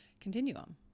continuum